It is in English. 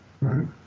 right